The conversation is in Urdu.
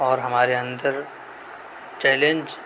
اور ہمارے اندر چیلنج